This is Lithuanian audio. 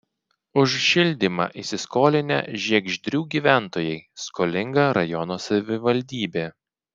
už šildymą įsiskolinę žiegždrių gyventojai skolinga rajono savivaldybė